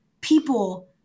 people